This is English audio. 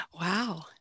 Wow